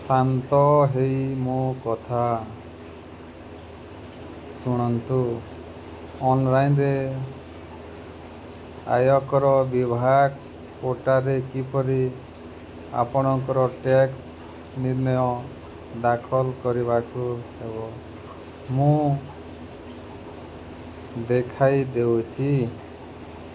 ଶାନ୍ତ ହେଇ ମୋ କଥା ଶୁଣନ୍ତୁ ଅନ୍ଲାଇନ୍ରେ ଆୟକର ବିଭାଗ ପୋର୍ଟାରେ କିପରି ଆପଣଙ୍କର ଟ୍ୟାକ୍ସ ନିର୍ଣ୍ଣୟ ଦାଖଲ କରିବାକୁ ହେବ ମୁଁ ଦେଖାଇ ଦେଉଛି